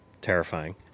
terrifying